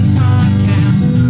podcast